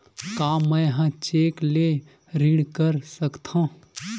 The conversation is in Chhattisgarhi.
का मैं ह चेक ले ऋण कर सकथव?